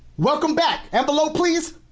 welcome back, envelope please.